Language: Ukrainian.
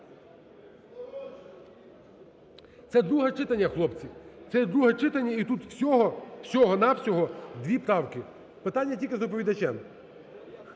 Це друге читання, хлопці. Це є друге читання, і тут всього, всього-на-всього дві правки. Питання тільки за доповідачем.